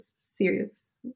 serious